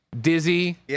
Dizzy